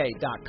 dot